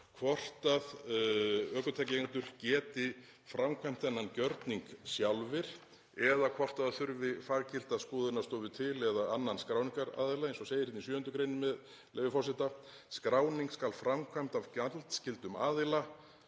hvort ökutækjaeigendur geti framkvæmt þennan gjörning sjálfir eða hvort það þurfi faggilta skoðunarstofu til eða annan skráningaraðila, eins og segir í 7. gr., með leyfi forseta: „Skráning skal framkvæmd af gjaldskyldum aðila,